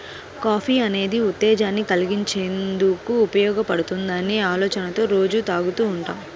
coffee అనేది ఉత్తేజాన్ని కల్గించేందుకు ఉపయోగపడుతుందనే ఆలోచనతో రోజూ తాగుతూ ఉంటాం